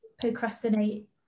procrastinate